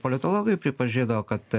politologai pripažino kad